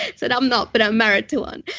said i'm not but i'm married to one.